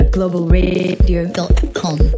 GlobalRadio.com